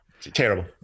Terrible